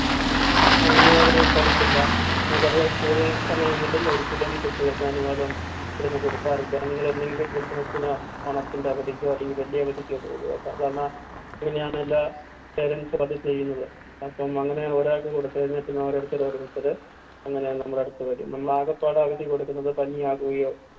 ആ അനുവാദം തരത്തില്ല നമുക്കറിയാം സ്കൂൾ സമയങ്ങളിൽ ഒരിക്കലും കുട്ടികൾക്കനുവാദം ഇവിടെ നിന്നു കൊടുക്കാറില്ല നിങ്ങളൊന്നെങ്കിൽ ക്രിസ്മസിനോ ഓണത്തിൻ്റവധിക്കോ പോകുക അല്ലെങ്കിൽ വലിയ അവധിക്കോ പോകുക സാധാരണ അങ്ങനെയാണെല്ലാ പേരൻസും അത് ചെയ്യുന്നത് അപ്പം അങ്ങനെ ഒരാൾക്ക് കൊടുത്തു കഴിഞ്ഞാൽ പിന്നോരോരുത്തരോരോരുത്തർ അങ്ങനെ നമ്മുടടുത്ത് വരും നമ്മളാകപ്പാടെ അവധി കൊടുക്കുന്നത് പനിയാകുകയോ